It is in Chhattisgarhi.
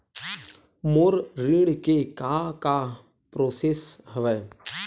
मोर ऋण के का का प्रोसेस हवय?